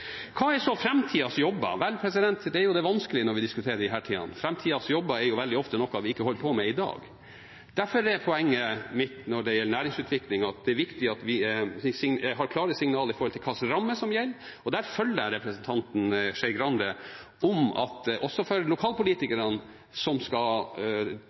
Hva er så framtidas jobber? Vel, det er jo det vanskelige når vi diskuterer disse tingene. Framtidas jobber er jo veldig ofte noe vi ikke holder på med i dag. Derfor er poenget mitt når det gjelder næringsutvikling, at det er viktig at vi gir klare signaler om hvilken ramme som gjelder, og der følger jeg representanten Skei Grande: Også for lokalpolitikerne, som skal